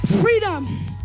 Freedom